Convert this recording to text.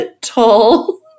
tall